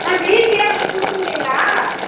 அண்ணா வீட்டில் வந்து கொடுக்க முடியுங்களா